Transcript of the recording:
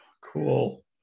cool